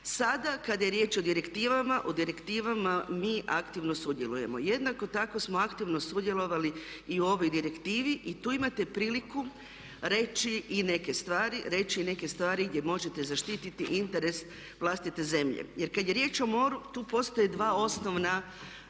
Sada kad je riječ o direktivama u direktivama mi aktivno sudjelujemo. Jednako tako smo aktivno sudjelovali i u ovoj direktivi i tu imate priliku reći i neke stvari gdje možete zaštititi interes vlastite zemlje. Jer kad je riječ o moru tu postoje dvije osnovne